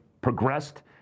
progressed